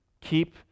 keep